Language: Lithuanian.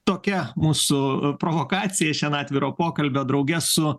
tokia mūsų provokacija šiandien atviro pokalbio drauge su